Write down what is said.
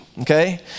okay